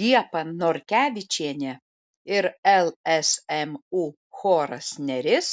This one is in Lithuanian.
liepa norkevičienė ir lsmu choras neris